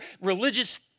religious